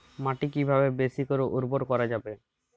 মাটি কিভাবে বেশী করে উর্বর করা যাবে?